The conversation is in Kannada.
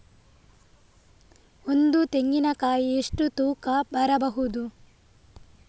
ಒಂದು ತೆಂಗಿನ ಕಾಯಿ ಎಷ್ಟು ತೂಕ ಬರಬಹುದು?